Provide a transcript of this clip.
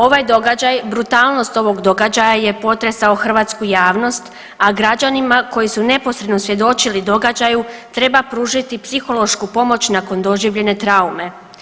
Ovaj događaj, brutalnost ovog događaja je potresao Hrvatsku javnost, a građanima koji su neposredno svjedočili događaju treba pružiti psihološku pomoć nakon doživljene traume.